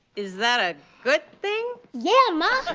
is that a good thing? yeah, ma!